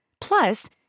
Plus